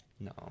no